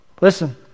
Listen